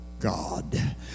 god